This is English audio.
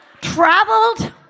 Traveled